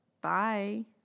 Bye